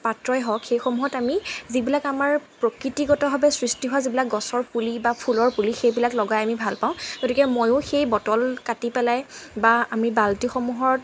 পাত্ৰই হওক সেইসমূহত আমি যিবিলাক আমাৰ প্ৰকৃতিগতভাৱে সৃষ্টি হোৱা যিবিলাক গছৰ পুলি বা ফুলৰ পুলি সেইবিলাক লগাই আমি ভাল পাওঁ গতিকে ময়ো সেই বটল কাটি পেলাই বা আমি বাল্টিসমূহত